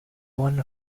one